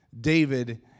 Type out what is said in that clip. David